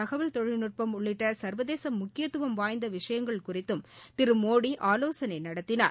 தகவல் தொழில்நுட்பம் உள்ளிட்ட சர்வதேச முக்கியதுவம் வாய்ந்த விஷயங்கள் குறித்தும் திரு மோடி ஆலோசனை நடத்தினார்